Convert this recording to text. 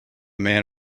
man